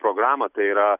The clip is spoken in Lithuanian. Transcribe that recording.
programą tai yra